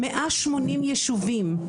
180 יישובים.